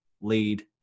lead